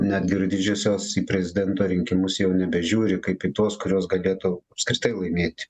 netgi ir didžiosios į prezidento rinkimus jau nebežiūri kaipį tuos kuriuos galėtų apskritai laimėti